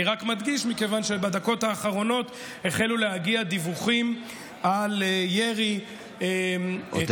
ואני רק מדגיש מכיוון שבדקות האחרונות החלו להגיע דיווחים על ירי טילים,